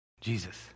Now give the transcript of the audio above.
Jesus